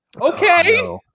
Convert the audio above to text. Okay